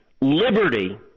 Liberty